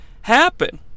happen